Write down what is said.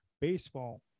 baseball